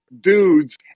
dudes